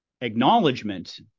acknowledgement